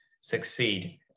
succeed